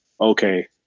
okay